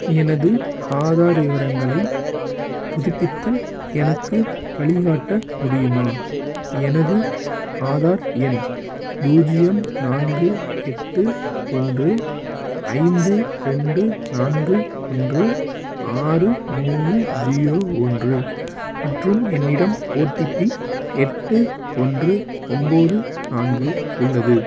எனது ஆதார் விவரங்களைப் புதுப்பித்தல் எனக்கு வழி காட்ட முடியுமா எனது ஆதார் எண் பூஜ்ஜியம் நான்கு எட்டு ஒன்று ஐந்து ரெண்டு நான்கு ஒன்று ஆறு மூணு ஜீரோ ஒன்று மற்றும் என்னிடம் ஓடிபி எட்டு ஒன்று ஒம்பது நான்கு உள்ளது